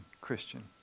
Christian